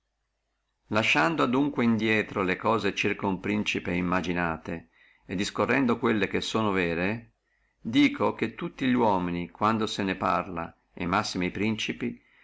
lasciando adunque indrieto le cose circa uno principe immaginate e discorrendo quelle che sono vere dico che tutti li uomini quando se ne parla e massime e principi